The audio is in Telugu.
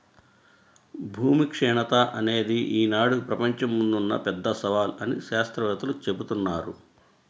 భూమి క్షీణత అనేది ఈనాడు ప్రపంచం ముందున్న పెద్ద సవాలు అని శాత్రవేత్తలు జెబుతున్నారు